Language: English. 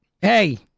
Hey